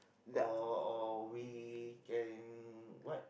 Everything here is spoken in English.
or or we can what